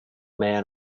man